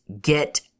get